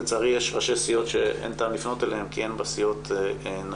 לצערי יש ראשי סיעות שאין טעם לפנות אליהם כי אין בסיעות נשים,